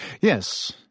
Yes